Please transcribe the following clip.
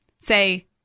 say